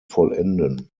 vollenden